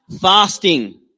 fasting